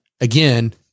again